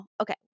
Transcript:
Okay